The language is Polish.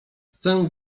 chcę